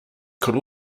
could